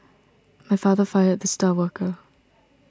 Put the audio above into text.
my father fired the star worker